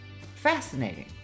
fascinating